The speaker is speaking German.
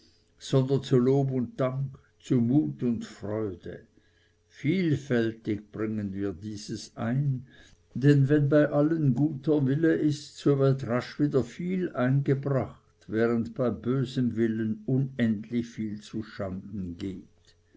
sondern zu lob und dank zu mut und freude vielfältig bringen wir dieses ein denn wenn bei allen guter wille ist so wird rasch viel wieder eingebracht während bei bösem willen unendlich viel zuschanden geht